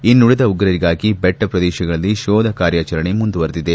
ಇನ್ನುಳದ ಉಗ್ರರಿಗಾಗಿ ಬೆಟ್ಟ ಪ್ರದೇಶಗಳಲ್ಲಿ ಶೋಧ ಕಾರ್ಯಾಚರಣೆ ಮುಂದುವರಿದಿದೆ